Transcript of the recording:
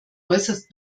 äußerst